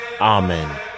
Amen